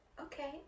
Okay